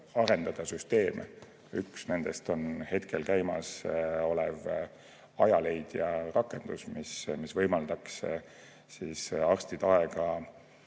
arendada süsteeme. Üks nendest on käimasolev Ajaleidja rakendus, mis võimaldaks arstide aega